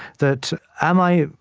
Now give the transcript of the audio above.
that am i,